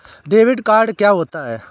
Debit card क्या होता है?